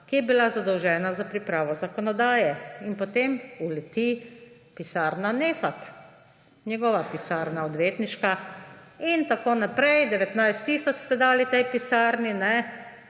ki je bila zadolžena za pripravo zakonodaje. In potem uleti pisarna Neffat, njegova odvetniška pisarna, 19 tisoč ste dali tej pisarni. In